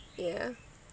ya